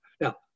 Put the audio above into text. Now